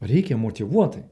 reikia motyvuotai